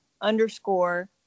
underscore